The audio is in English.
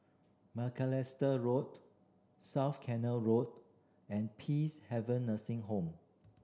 Macalister Road South Canal Road and Peacehaven Nursing Home